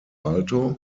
alto